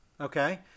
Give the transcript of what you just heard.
Okay